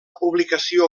publicació